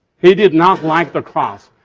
he did not like the cross.